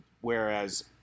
whereas